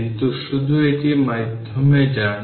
কিন্তু শুধু এটি মাধ্যমে যান